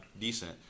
decent